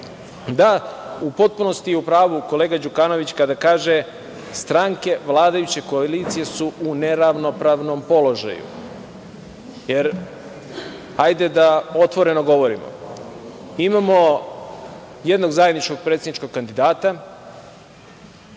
Da, u potpunosti je u pravu kolega Đukanović kada kaže, stranke vladajuće koalicije su u neravnopravnom položaju, jer hajde da otvoreno govorimo. Imamo jednog zajedničkog predsedničkog kandidata,